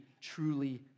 truly